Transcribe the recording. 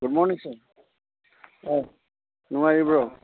good morning sir ꯑꯥ ꯅꯨꯡꯉꯥꯏꯔꯤꯕ꯭ꯔꯣ